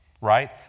right